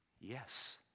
Yes